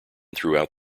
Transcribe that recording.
throughout